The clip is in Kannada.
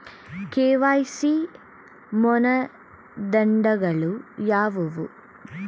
ಕೆ.ವೈ.ಸಿ ಮಾನದಂಡಗಳು ಯಾವುವು?